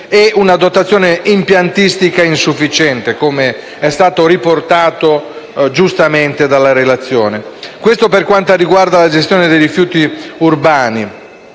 a una dotazione impiantistica insufficiente, come è stato riportato giustamente dalla relazione. Questo per quanto riguarda la gestione dei rifiuti urbani.